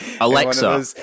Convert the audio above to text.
Alexa